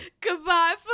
Goodbye